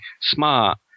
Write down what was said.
smart